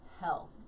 health